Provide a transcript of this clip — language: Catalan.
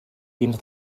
dins